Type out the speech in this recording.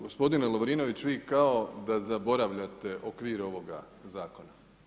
Gospodine Lovrinović vi kao da zaboravljate okvir ovoga zakona.